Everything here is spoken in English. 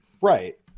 Right